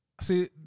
See